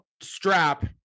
strap